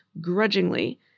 grudgingly